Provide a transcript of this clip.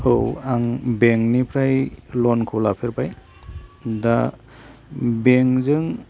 औ आं बेंकनिफ्राइ लनखौ लाफेरबाय दा बेंकजों